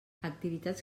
activitats